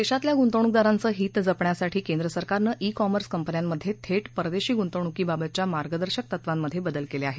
देशातल्या गुंतवणूकदारांचं हीत जपण्यासाठी केंद्र सरकारनं ई कॉमर्स कंपन्यांमधे थेट परदेशी गुंतवणूकीबाबतच्या मार्गदर्शक तत्वांमधे बदल केले आहेत